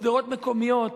סדרות מקומיות.